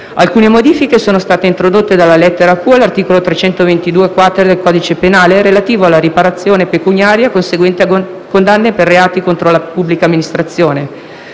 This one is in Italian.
Alcune modifiche sono state introdotte dalla lettera *q)* all'articolo 322-*quater* del codice penale, relativo alla riparazione pecuniaria conseguente a condanne per reati contro la pubblica amministrazione.